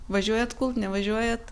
važiuojat kult nevažiuojat